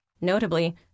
Notably